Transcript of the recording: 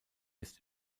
ist